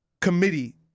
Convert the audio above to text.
committee